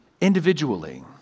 individually